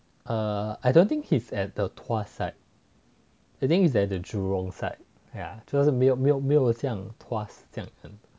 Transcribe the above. err I don't think he's at the tuas side I think is at the jurong side ya 就是是没有没有没有像这样 tuas 这样